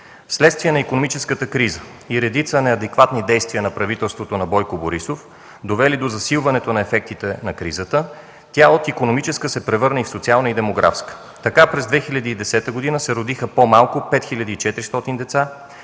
Вследствие на икономическата криза и редица неадекватни действия на правителството на Бойко Борисов, довели до засилване на ефектите на кризата, тя от икономическа се превърна и в социална, и демографска. Така през 2010 г. се родиха по-малко 5400 деца,